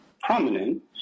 prominent